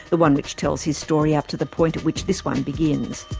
the one which tells his story up to the point at which this one begins.